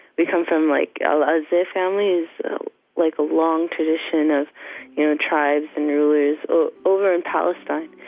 we come from like alazzeh family has like a long tradition of you know tribes and rulers over in palestine.